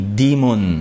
demon